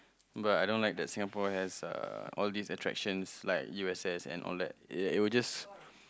but I don't like that Singapore has uh all these attraction like U_S_S and all that like it will just